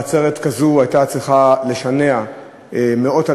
עצרת כזו הייתה צריכה לשנע מאות-אלפים